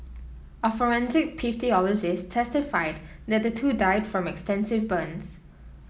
a forensic pathologist testified that the two died from extensive burns